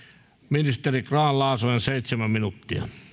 ministeri grahn laasonen seitsemän minuuttia